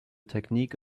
technique